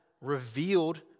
revealed